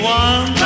one